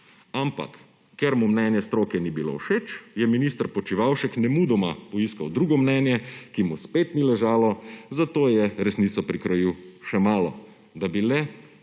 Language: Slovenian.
Ampak ker mu mnenje stroke ni bilo všeč, je minister Počivalšek nemudoma poiskal drugo mnenje, ki mu spet ni ležalo. zato je resnico prikrojil še malo, da bi le